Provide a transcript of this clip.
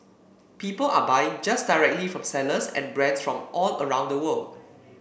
people are buying just directly from sellers and brands from all around the world